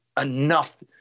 enough